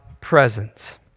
presence